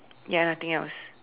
ya nothing else